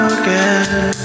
again